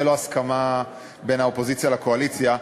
עליו הסכמה בין האופוזיציה לקואליציה.